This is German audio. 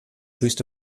höchste